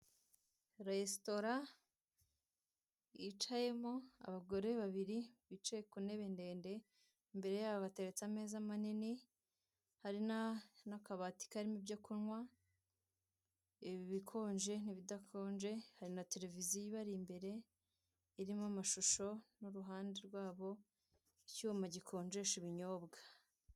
Resitora yicayemo abagore babiri bicaye kuntebe ndende, imbere yaho hateretse ameza manini hari n'akabati karimo ibyo kunywa ibikonje n'ibidakonje, hari na tereviziyo ibari imbere irimo amashusho iruhande rwabo icyuma gikonjesha ibinyobwa.